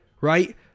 Right